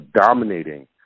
dominating